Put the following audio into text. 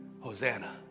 Hosanna